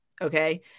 Okay